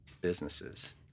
businesses